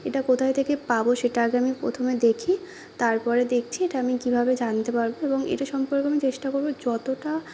এটা কোথা থেকে পাব সেটা আগে আমি প্রথমে দেখি তারপরে দেখছি এটা আমি কীভাবে জানতে পারব এবং এটা সম্পর্কে আমি চেষ্টা করব যতটা